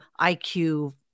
IQ